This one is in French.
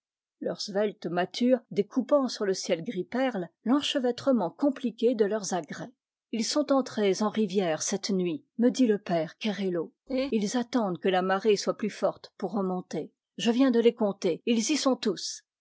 leurs sveltes mâtures découpant sur le ciel gris perle l'enchevêtrement compliqué de leurs agrès ils sont entrés en rivière cette nuit me dit le père kerello et ils attendent que la marée soit plus forte pour remonter je viens de les compter ils y sont tous